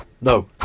No